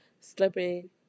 slipping